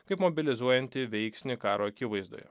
kaip mobilizuojantį veiksnį karo akivaizdoje